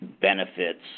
benefits